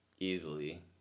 Easily